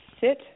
sit